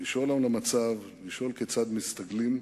לשאול על המצב, לשאול כיצד מסתגלים.